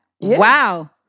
Wow